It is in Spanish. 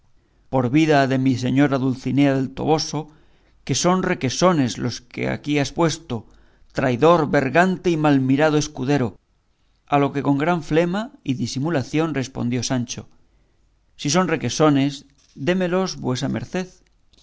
por vida de mi señora dulcinea del toboso que son requesones los que aquí me has puesto traidor bergante y mal mirado escudero a lo que con gran flema y disimulación respondió sancho si son requesones démelos vuesa merced